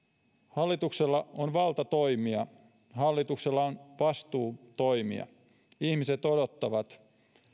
hallituksella on valta toimia hallituksella on vastuu toimia ihmiset odottavat